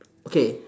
okay